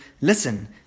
listen